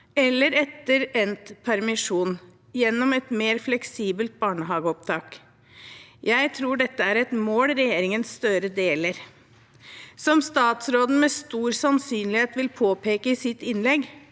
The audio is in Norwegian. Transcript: eller etter endt permisjon gjennom et mer fleksibelt barnehageopptak. Jeg tror dette er et mål regjeringen Støre deler. Som statsråden med stor sannsynlighet vil påpeke i sitt innlegg,